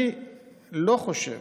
אני לא חושב